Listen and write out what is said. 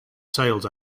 sales